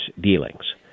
dealings